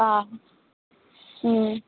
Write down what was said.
অঁ